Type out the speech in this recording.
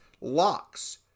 locks